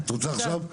אין לתאר.